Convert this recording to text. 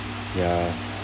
ya